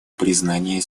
признания